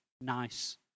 nice